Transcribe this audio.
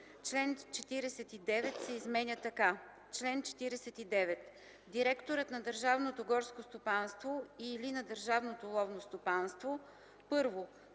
Член 49 се изменя така: „Чл. 49. Директорът на държавното горско стопанство или на държавното ловно стопанство: